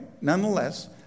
nonetheless